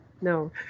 no